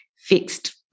fixed